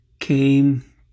came